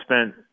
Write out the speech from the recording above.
spent